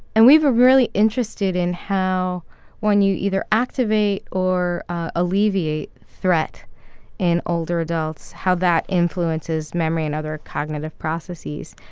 and we were really interested in how when you either activate or alleviate threat in older adults, how that influences memory and other cognitive processes.